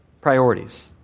priorities